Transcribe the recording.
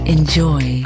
Enjoy